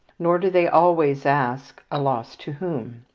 nor do they always ask, a loss to whom?